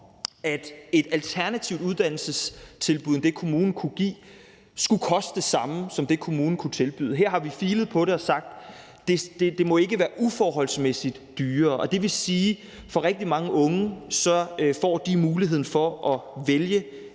at et alternativt uddannelsestilbud til det, kommunen kunne give, skulle koste det samme som det, kommunen kunne tilbyde. Her har vi filet på det og sagt, at det ikke må være uforholdsmæssigt dyrere, og det vil sige, at rigtig mange unge får muligheden for at vælge